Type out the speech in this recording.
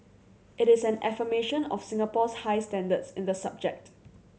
it is an affirmation of Singapore's high standards in the subject